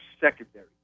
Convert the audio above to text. secondary